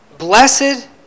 Blessed